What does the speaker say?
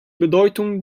bedeutung